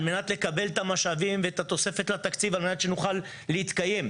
על מנת לקבל את המשאבים ואת התוספת לתקציב על מנת שנוכל להתקיים.